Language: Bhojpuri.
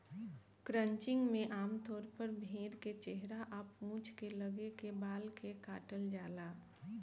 क्रचिंग में आमतौर पर भेड़ के चेहरा आ पूंछ के लगे के बाल के काटल जाला